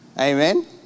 Amen